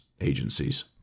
agencies